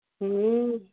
হুম